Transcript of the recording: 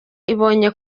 ibonye